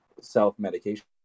self-medication